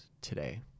today